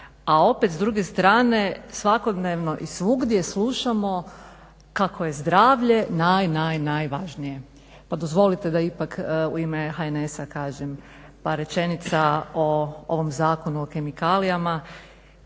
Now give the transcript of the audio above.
A opet s druge strane svakodnevno i svugdje slušamo kako je zdravlje naj, naj važnije. Pa dozvolite da ipak u ime HNS-a kažem par rečenica o ovom Zakonu o kemikalijama,